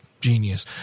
genius